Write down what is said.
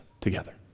together